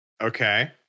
Okay